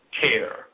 care